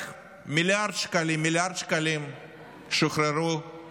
רק מיליארד שקלים שוחררו